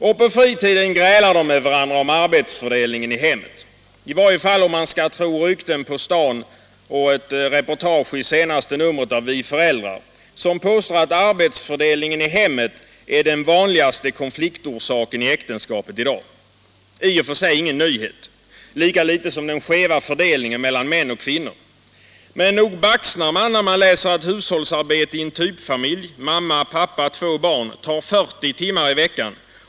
Och på fritiden grälar de med varandra om arbetsfördelningen i hemmet. I varje fall om man skall tro rykten på stan och ett reportage i senaste numret av Vi Föräldrar, som påstår att arbetsfördelningen i hemmen är vanligaste konfliktorsaken i äktenskapet i dag. I och för sig ingen nyhet, lika litet som den skeva fördelningen mellan män och kvinnor. Men nog baxnar man, när man läser att hushållsarbete i en typfamilj, mamma-pappa-två barn, tar 40 timmar i veckan!